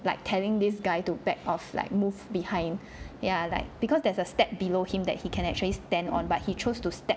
like telling this guy to backed off like move behind ya like because there's a step below him that he can actually stand on but he chose to step